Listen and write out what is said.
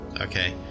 okay